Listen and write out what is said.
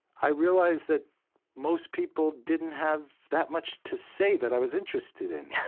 i realized that most people didn't have that much to say that i was interested in